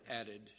added